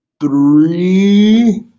three